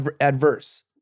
adverse